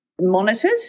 monitored